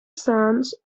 sons